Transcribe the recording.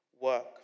work